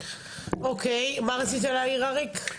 אוקי, מה רצית להעיר, אריק?